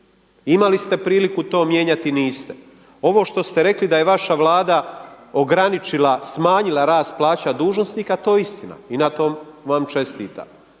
Imali ste priliku to mijenjati niste. Ovo što ste rekli da je vaša Vlada ograničila, smanjila rast plaća dužnosnika to je istina i na tom vam čestitam,